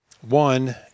One